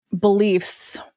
beliefs